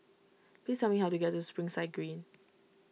please tell me how to get to Springside Green